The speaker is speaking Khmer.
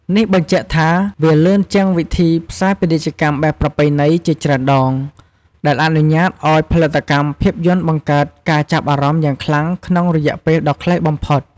នេះបញ្ជាក់ថាវាលឿនជាងវិធីផ្សាយពាណិជ្ជកម្មបែបប្រពៃណីជាច្រើនដង ដែលអនុញ្ញាតឱ្យផលិតកម្មភាពយន្តបង្កើតការចាប់អារម្មណ៍យ៉ាងខ្លាំងក្នុងរយៈពេលដ៏ខ្លីបំផុត។